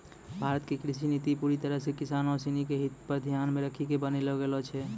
भारत के कृषि नीति पूरी तरह सॅ किसानों सिनि के हित क ध्यान मॅ रखी क बनैलो गेलो छै